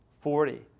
forty